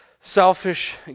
selfish